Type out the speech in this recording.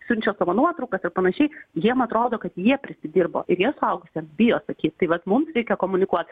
siunčia savo nuotraukas ir panašiai jiem atrodo kad jie prisidirbo ir jie suaugusiam bijo sakyt tai vat mums reikia komunikuot